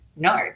No